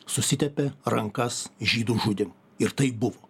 susitepė rankas žydų žudymu ir tai buvo